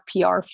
PR